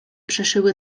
przeszyły